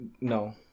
No